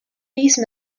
these